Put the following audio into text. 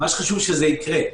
חשוב שזה יקרה.